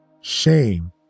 Shame